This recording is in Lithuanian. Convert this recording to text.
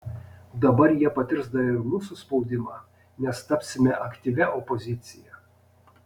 dabar jie patirs dar ir mūsų spaudimą nes tapsime aktyvia opozicija